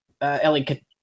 Ellie